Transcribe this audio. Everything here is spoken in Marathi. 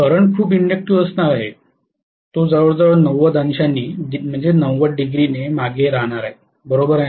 करंट खूप इंडकटिव असणार आहे तो जवळजवळ ९० अंशांनी मागे राहणार आहे बरोबर आहे ना